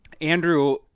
Andrew